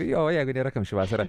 jo jeigu nėra kamščių vasarą